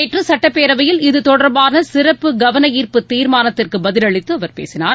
நேற்று சட்டப்பேரவையில் இது தொடர்பான சிறப்பு கவன ஈர்ப்பு தீர்மானத்திற்கு பதிலளித்து அவர் பேசினார்